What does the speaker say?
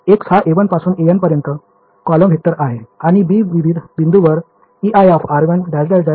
X हा a1 पासून aN पर्यंतचा कॉलम वेक्टर आहे आणि b विविध बिंदूंवर Ei